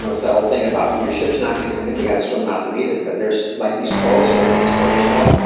know, it's that old thing about your ships not gonna come in, you got to swim out to meet it, but there's like, these quotes or inspirational.